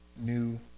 new